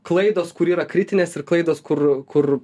klaidos kur yra kritinės ir klaidos kur kur